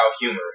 humor